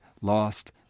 Lost